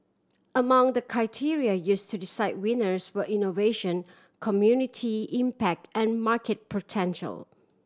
among the criteria use to decide winners were innovation community impact and market potential